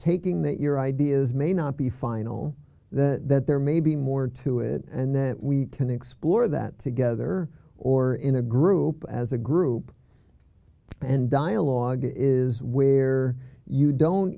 taking that your ideas may not be final that there may be more to it and then we can explore that together or in a group as a group and dialogue is where you don't